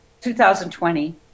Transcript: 2020